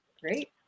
Great